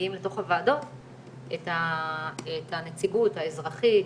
מגיעים לוועדות את הנציגות האזרחית,